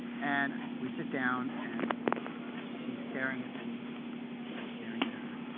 and we sit down, and she's staring at me and i'm staring at her.